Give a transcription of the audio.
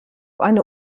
eine